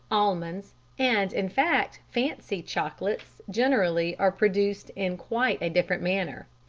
almonds and, in fact, fancy chocolates generally, are produced in quite a different manner.